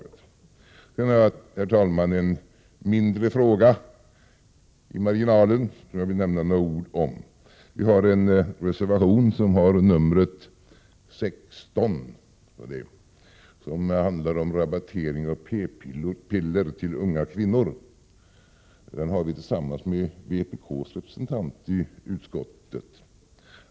Sedan, herr talman, vill jag i marginalen säga några ord om en mindre fråga. Vi har en reservation nr 16 som handlar om rabattering av p-piller till unga kvinnor. Den har vi avgivit tillsammans med vpk:s representant i utskottet.